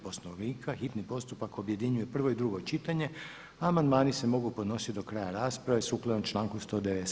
Poslovnika hitni postupak objedinjuje prvo i drugo čitanje, a amandmani se mogu podnositi do kraja rasprave sukladno članku 197.